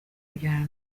kujyana